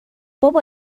بابا